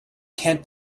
can’t